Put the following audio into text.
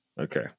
Okay